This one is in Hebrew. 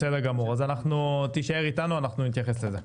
בסדר גמור אז אתה תישאר איתנו, אנחנו נתייחס לזה.